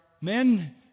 men